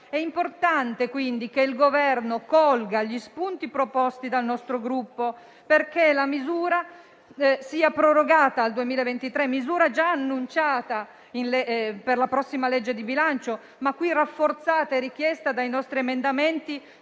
È importante, quindi, che il Governo colga gli spunti proposti dal nostro Gruppo perché la misura sia prorogata al 2023, misura già annunciata per la prossima legge di bilancio, ma qui rafforzata e richiesta nei nostri emendamenti